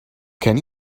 can